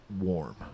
warm